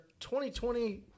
2020